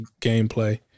gameplay